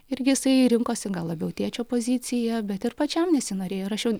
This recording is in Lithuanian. ir jisai rinkosi gal labiau tėčio poziciją bet ir pačiam nesinorėjo rašiau